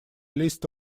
list